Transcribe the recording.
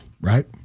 right